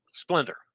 Splendor